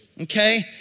okay